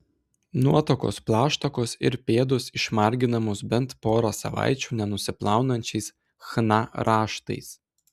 nuotakos plaštakos ir pėdos išmarginamos bent porą savaičių nenusiplaunančiais chna raštais